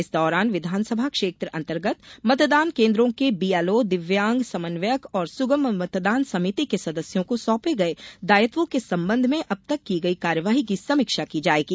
इस दौरान विधानसभा क्षेत्र अंतर्गत मतदान केंद्रों के बीएलओ दिव्यांग समन्वयक और सुगम मतदान समिति के सदस्यों को सौंपे गये दायित्वों के संबंध में अब तक की गई कार्यवाही की समीक्षा क ी जायेगी